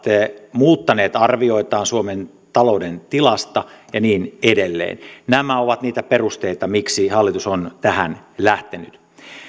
muuttaneet arvioitaan suomen talouden tilasta ja niin edelleen nämä ovat niitä perusteita miksi hallitus on tähän lähtenyt